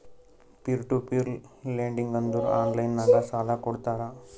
peer to peer lending ಅಂದುರ್ online ನಾಗ್ ಸಾಲಾ ಕೊಡ್ತಾರ